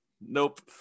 Nope